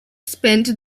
spent